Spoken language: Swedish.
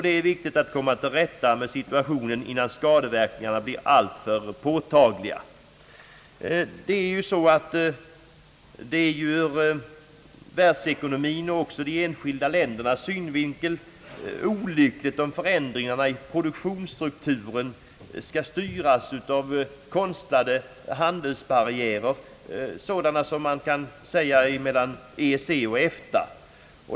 Det är viktigt att komma till rätta med situationen, innan skadeverkningarna blir alltför påtagliga. Ur världsekonomins och de enskilda ländernas synvinkel är det olyckligt om förändringarna i produktionsstrukturen skall styras av konstlade handelsbarriärer sådana som man kan säga existerar mellan EEC och EFTA.